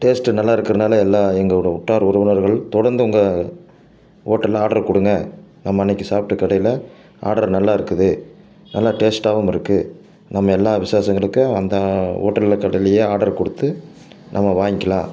taste நல்லா இருக்கிறனால எல்லாம் எங்களோட உற்றார் உறவினர்கள் தொடர்ந்து உங்கள் ஹோட்டலில் ஆட்ரு கொடுங்க நம்ம அன்றைக்கி சாப்பிட்ட கடையில் ஆடர் நல்லா இருக்குது நல்லா டேஸ்ட்டாகவும் இருக்குது நம்ம எல்லா விசேஷங்களுக்கும் அந்த ஹோட்டலில் கடையிலே ஆர்டர் கொடுத்து நம்ம வாங்கிக்கலாம்